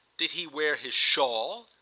did he wear his shawl?